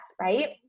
Right